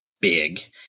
big